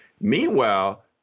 Meanwhile